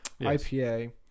IPA